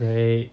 right